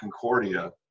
Concordia